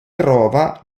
trova